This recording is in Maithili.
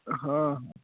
हँ